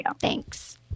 Thanks